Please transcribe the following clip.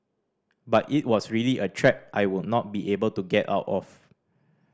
but it was really a trap I would not be able to get out of